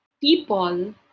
People